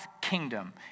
kingdom